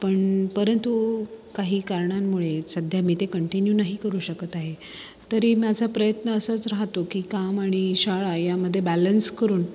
पण परंतु काही कारणांमुळे सध्या मी ते कंटिन्यू नाही करू शकत आहे तरी माझा प्रयत्न असाच राहतो की काम आणि शाळा यामध्ये बॅलन्स करून